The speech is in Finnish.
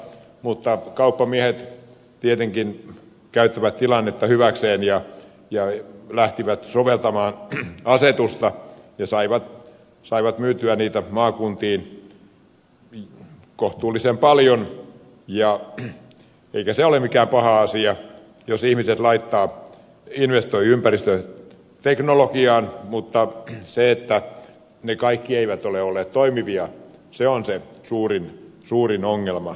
mutta kauppamiehet tietenkin käyttivät tilannetta hyväkseen ja lähtivät soveltamaan asetusta ja saivat myytyä niitä maakuntiin kohtuullisen paljon eikä se ole mikään paha asia jos ihmiset investoivat ympäristöteknologiaan mutta se että ne kaikki eivät ole olleet toimivia on se suurin ongelma